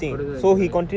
couldn't do anything right